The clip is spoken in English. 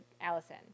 Allison